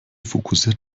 fokussiert